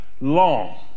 long